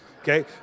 Okay